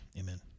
Amen